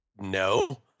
no